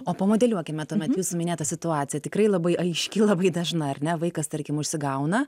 o pamodeliuokime tuomet jūsų minėtą situaciją tikrai labai aiški labai dažna ar ne vaikas tarkim užsigauna